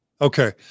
Okay